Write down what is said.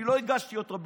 אני לא הגשתי אותו בשבילי.